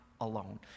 alone